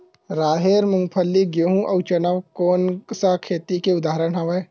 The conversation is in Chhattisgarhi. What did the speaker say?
राहेर, मूंगफली, गेहूं, अउ चना कोन सा खेती के उदाहरण आवे?